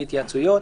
בהתייעצויות,